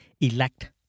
elect